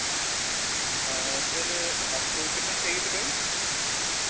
sir आपको कितने चाहिए थे बैग